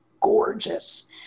gorgeous